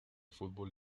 fútbol